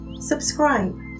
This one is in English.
Subscribe